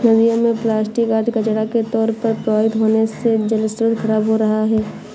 नदियों में प्लास्टिक आदि कचड़ा के तौर पर प्रवाहित होने से जलस्रोत खराब हो रहे हैं